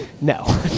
No